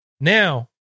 Now